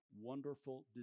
wonderful